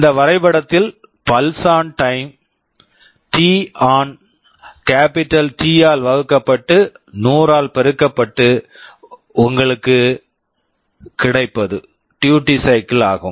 இந்த வரைபடத்தில் pulse on time pulse on time T on t on capital capital T T ஆல் வகுக்கப்பட்டு 100 ஆல் பெருக்கப்பட்டு உங்களுக்கு கிடைப்பது டியூட்டி சைக்கிள் duty cycle ஆகும்